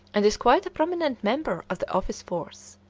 and is quite a prominent member of the office force.